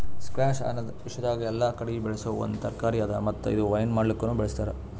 squash ಅನದ್ ವಿಶ್ವದಾಗ್ ಎಲ್ಲಾ ಕಡಿ ಬೆಳಸೋ ಒಂದ್ ತರಕಾರಿ ಅದಾ ಮತ್ತ ಇದು ವೈನ್ ಮಾಡ್ಲುಕನು ಬಳ್ಸತಾರ್